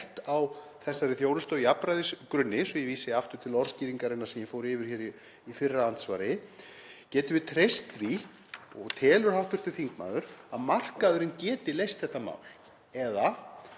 á þessari þjónustu á jafnræðisgrunni, svo ég vísi aftur til orðskýringarinnar sem ég fór yfir í fyrra andsvari. Getum við treyst því og telur hv. þingmaður að markaðurinn geti leyst þetta mál? Eða